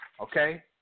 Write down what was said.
okay